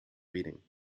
reading